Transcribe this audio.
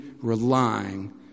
relying